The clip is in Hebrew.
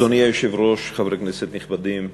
אדוני היושב-ראש, חברי כנסת נכבדים,